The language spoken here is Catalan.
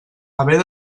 haver